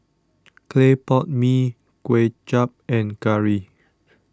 Clay Pot Mee Kway Chap and Curry